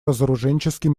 разоруженческий